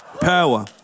Power